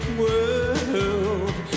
world